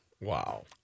Wow